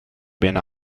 ben